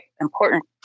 important